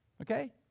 okay